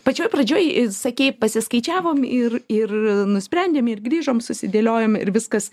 pačioj pradžioj sakei pasiskaičiavom ir ir nusprendėm ir grįžom susidėliojom ir viskas